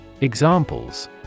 Examples